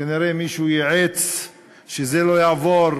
כנראה מישהו ייעץ שזה לא יעבור